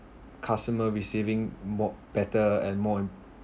customer receiving more better and more and